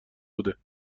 بوده